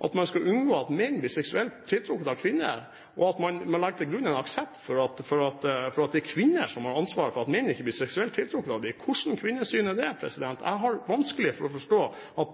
at man skal unngå at menn blir seksuelt tiltrukket av kvinner. Man legger til grunn en aksept for at det er kvinner som har ansvaret for at menn ikke blir seksuelt tiltrukket av dem. Hva slags kvinnesyn er det? Jeg har vanskelig for å forstå at